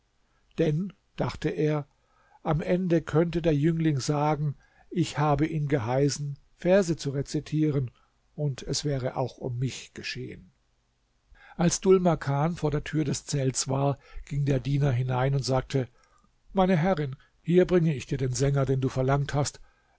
denn dachte er am ende könnte der jüngling sagen ich habe ihn geheißen verse zu rezitieren und es wäre auch um mich geschehen als dhul makan vor der tür des zelts war ging der diener hinein und sagte meine herrin hier bringe ich dir den sänger den du verlangt hast